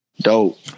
Dope